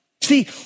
See